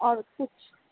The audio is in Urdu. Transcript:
اور کچھ